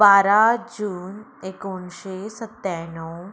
बारा जून एकोणिशें सत्त्याणव